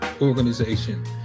organization